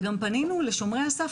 ופנינו לשומרי הסף,